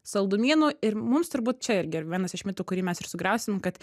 saldumynų ir mums turbūt čia irgi yra vienas iš mitų kurį mes ir sugriausim kad